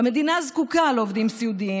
והמדינה זקוקה לעובדי סיעוד,